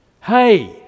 Hey